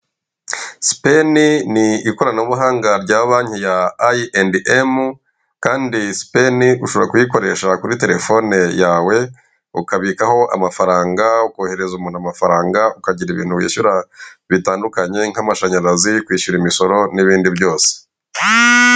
Speni ni ikoranabuhanga rya banki ya ayi andi emu, kandi sipeni ushobora kuyikoresha kuri telefoni yawe, ukabikaho amafaranga, ukoherereza umuntu amafaranga, ukagira ibintu wishyura bitandukanye nk'amashanyarazi, kwishyura imisoro n'ibindi byose,